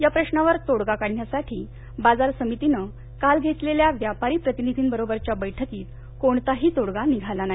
या प्रश्नावर तोडगा काढण्यासाठी बाजार समितीनं काल घेतलेल्या व्यापारी प्रतिनिधीं बरोबरच्या बर्क्कीत कोणताही तोडगा निघाला नाही